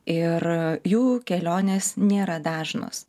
ir jų kelionės nėra dažnos